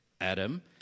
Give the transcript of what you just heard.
Adam